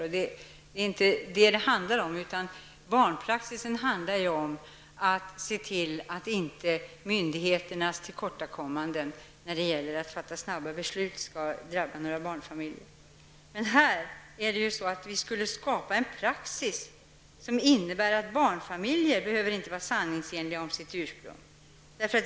Men det är inte detta det handlar om, utan barnpraxisen handlar om att se till att inte myndigheternas tillkortakommanden när det gäller att snabbt fatta beslut skall drabba barnfamiljer. Men här skulle vi skapa en praxis som innebär att barnfamiljer inte behöver vara sanningsenliga om sitt ursprung.